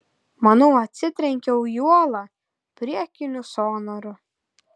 manau atsitrenkiau į uolą priekiniu sonaru